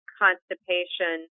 constipation